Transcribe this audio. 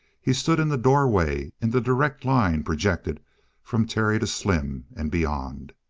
he stood in the doorway in the direct line projected from terry to slim and beyond.